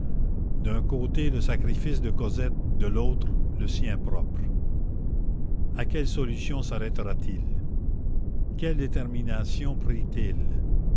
d'un côté le sacrifice de cosette de l'autre le sien propre à quelle solution sarrêta t il quelle détermination